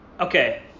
Okay